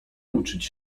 uczyć